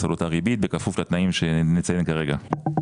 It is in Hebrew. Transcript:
על אותה ריבית בכפוף לתנאים שנציין כרגע.